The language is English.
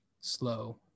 slow